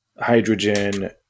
hydrogen